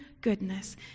goodness